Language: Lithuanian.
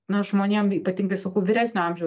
nu žmonėm ypatingai sakau vyresnio amžiaus